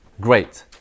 Great